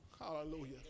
Hallelujah